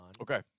Okay